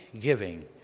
giving